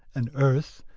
an earth,